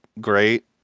great